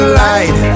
light